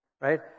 right